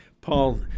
Paul